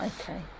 Okay